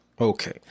okay